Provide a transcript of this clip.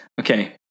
okay